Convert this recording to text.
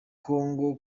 kongo